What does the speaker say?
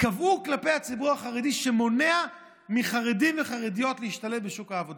קבעה כלפי הציבור החרדי שמונעות מחרדים וחרדיות להשתלב בשוק העבודה.